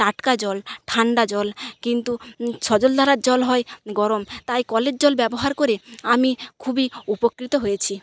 টাটকা জল ঠান্ডা জল কিন্তু সজলধারার জল হয় গরম তাই কলের জল ব্যবহার করে আমি খুবই উপকৃত হয়েছি